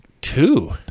two